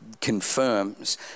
confirms